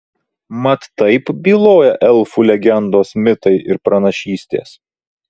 mat taip byloja elfų legendos mitai ir pranašystės